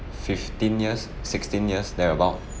fifteen years sixteen years thereabout